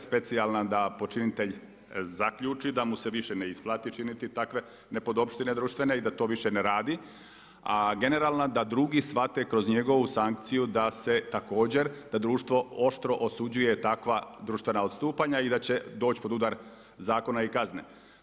Specijalna da počinitelj zaključi, da mu se više ne isplati činiti takve nepodopštine društvene i da to više ne radi, a generalan, da drugi svate kroz njegovu sankciju, da se također, da društvo oštro osuđuje takva društvena odstupanja i da će doć pod udar zakona i kazne.